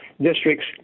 district's